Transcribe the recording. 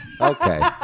Okay